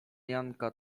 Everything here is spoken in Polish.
janka